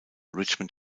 richmond